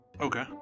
Okay